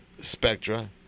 Spectra